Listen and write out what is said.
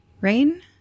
Rain